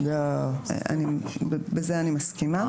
לא שיקול דעת איזה משחק שווה או לא.